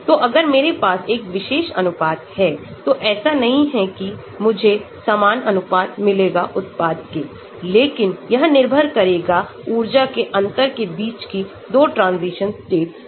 तो अगर मेरे पास एक विशेष अनुपात है तो ऐसा नहीं है कि मुझे समान अनुपात मिलेगा उत्पाद के लेकिन यह निर्भर करेगा ऊर्जा के अंतर के बीच की 2 transition states पर